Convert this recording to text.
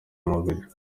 umubiri